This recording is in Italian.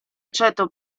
aceto